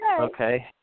Okay